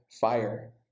fire